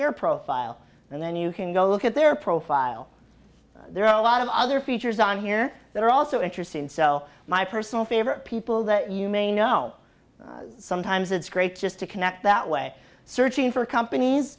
your profile and then you can go look at their profile there are a lot of other features on here that are also interesting so my personal favorite people that you may know sometimes it's great just to connect that way searching for companies